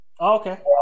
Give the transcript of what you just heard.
Okay